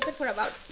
ah for about